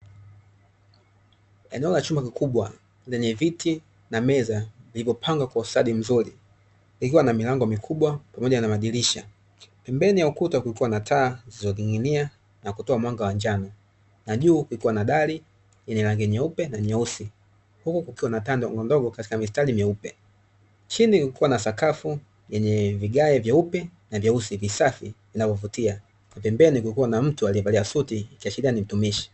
Eneo la chumba kikubwa lenye viti na meza vilivyopangwa kwa ustadi mzuri likiwa na milango mikubwa pamoja na madirisha pembeni ya ukuta kuko na taa zilizoning'inia na kutoa mwanga wa njano, na juu kukiwa na dari yenye rangi nyeupe na nyeusi huku kukiwa na taa ndogondogo katika mistari myeupe, chini kukiwa na sakafu yenye vigae vyeupe na vyeusi visafi vinavyovutia pembeni kukiwa na mtu aliyevalia suti ikiashiria ni mtumishi.